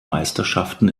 meisterschaften